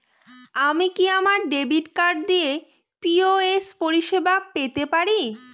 আমি কি আমার ডেবিট কার্ড দিয়ে পি.ও.এস পরিষেবা পেতে পারি?